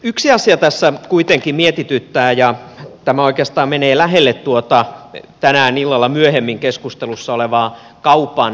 yksi asia tässä kuitenkin mietityttää ja tämä oikeastaan menee lähelle tuota tänään illalla myöhemmin keskustelussa olevaa kaupan keskittymistä